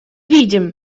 видим